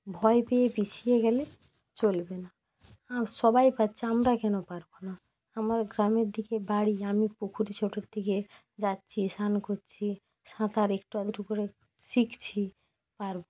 ভয় পেয়ে পিছিয়ে গেলে চলবে না আর সবাই পাচ্ছে আমরা কেন পারবো না আমার গ্রামের দিকে বাড়ি আমি পুকুরে ছোটোর থেকে যাচ্ছি স্নান করছি সাঁতার একটু আধটু করে শিখছি পারবো